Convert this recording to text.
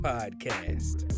Podcast